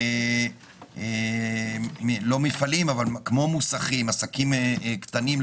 חומרים שעסקים קטנים,